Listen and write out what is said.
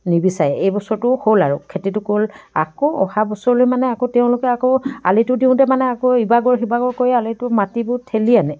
নিবিচাৰে এই বছৰটো হ'ল আৰু খেতিটো গ'ল আকৌ অহা বছৰলৈ মানে আকৌ তেওঁলোকে আকৌ আলিটো দিওঁতে মানে আকৌ ইবাগৰ সিবাগৰ কৰি আলিটো মাটিবোৰ ঠেলি আনে